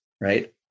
right